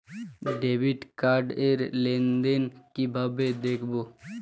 Debit card র লেনদেন কিভাবে দেখবো?